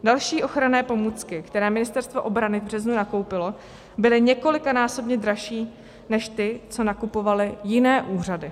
Další ochranné pomůcky, které Ministerstvo obrany v březnu nakoupilo, byly několikanásobně dražší než ty, co nakupovaly jiné úřady.